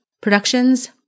Productions